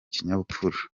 kinyabupfura